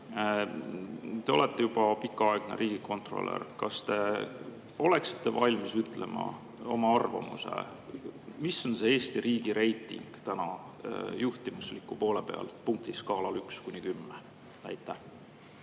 Te olete juba pikaaegne riigikontrolör. Kas te oleksite valmis ütlema oma arvamuse, mis on Eesti riigi reiting täna juhtimusliku poole pealt punktiskaalal 1–10? Aitäh,